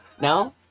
No